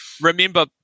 remember